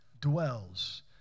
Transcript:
dwells